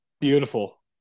Beautiful